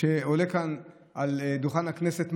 שעולה כאן על דוכן הכנסת,